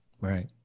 right